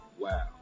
wow